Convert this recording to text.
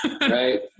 Right